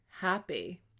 happy